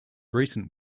recent